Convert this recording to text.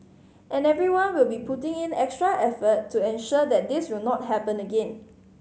and everyone will be putting in extra effort to ensure that this will not happen again